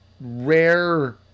rare